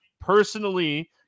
personally